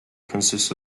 consists